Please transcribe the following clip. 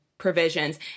provisions